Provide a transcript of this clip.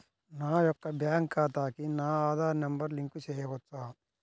నా యొక్క బ్యాంక్ ఖాతాకి నా ఆధార్ నంబర్ లింక్ చేయవచ్చా?